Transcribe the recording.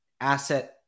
asset